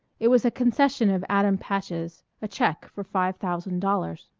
it was a concession of adam patch's a check for five thousand dollars.